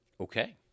Okay